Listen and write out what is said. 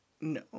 No